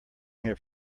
here